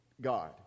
God